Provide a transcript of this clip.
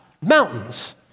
mountains